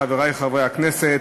חברי חברי הכנסת,